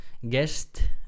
Guest